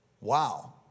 Wow